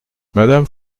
madame